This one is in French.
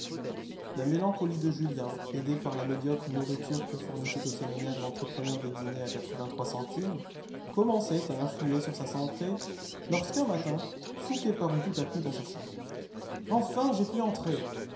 la mélancolie de julien aidée par la médiocre nourriture que fournissait au séminaire l'entrepreneur des dîners à centimes commençait à influer sur sa santé lorsque un matin fouqué parut tout à coup dans sa chambre enfin j'ai pu entrer